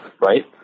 Right